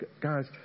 guys